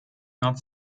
not